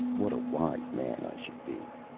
what a wise man i should be!